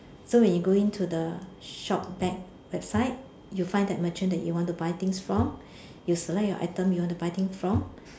so when you go in to the shop back website you find that merchant that you want to buy things from you select your items you want to buy things from